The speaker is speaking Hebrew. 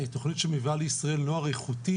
תוכנית שמביאה לישראל נוער איכותי